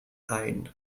ein